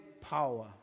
power